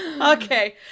okay